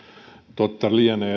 totta lienee